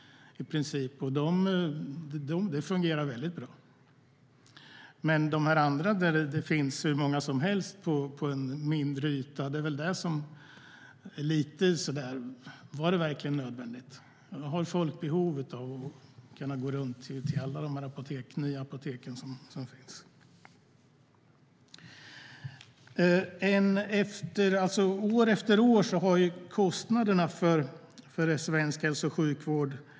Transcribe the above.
Och det fungerar väldigt bra. Men på andra platser där det finns hur många apotek som helst undrar jag om det verkligen är nödvändigt. Har folk behov av att gå runt till alla de nya apoteken som finns? År efter år har kostnaderna för läkemedel ökat i svensk hälso och sjukvård.